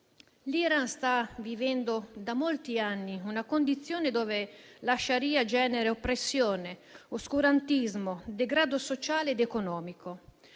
L'Iran sta vivendo da molti anni una condizione dove la *sharia* genera oppressione, oscurantismo, degrado sociale ed economico,